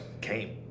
came